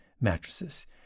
mattresses